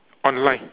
online